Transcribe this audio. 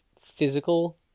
physical